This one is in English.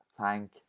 Thank